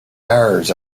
yards